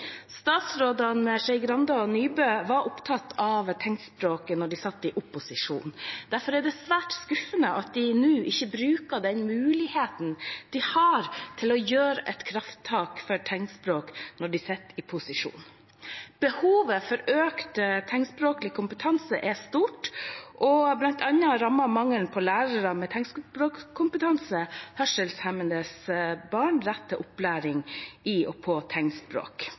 Statsrådene Skei Grande og Nybø var opptatt av tegnspråket da de satt i opposisjon. Derfor er det svært skuffende at de ikke bruker den muligheten de har til å ta et krafttak for tegnspråk når de nå sitter i posisjon. Behovet for økt tegnspråklig kompetanse er stort, bl.a. rammer mangelen på lærere med tegnspråkkompetanse hørselshemmede barns rett til opplæring i og på tegnspråk,